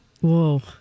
Whoa